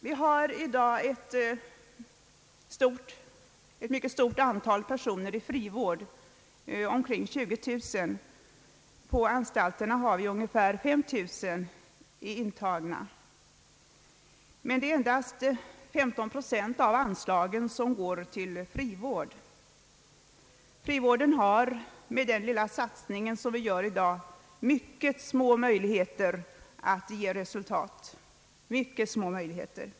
Vi har i dag ett mycket stort antal personer i frivård — omkring 20 000. På anstalterna har vi ungefär 5 000 intagna. Men det är endast 15 procent av anslagen som går till frivård. Frivården har med den lilla satsning som vi gör i dag små möjligheter att ge resultat — ytterst små möjligheter.